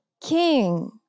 king